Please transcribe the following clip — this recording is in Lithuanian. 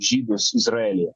žydus izraelyje